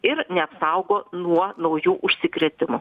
ir neapsaugo nuo naujų užsikrėtimų